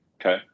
Okay